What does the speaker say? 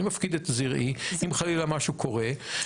אני מפקיד את זרעי, אם חלילה משהו קורה.